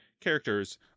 characters